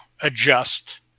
adjust